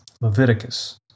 Leviticus